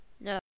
No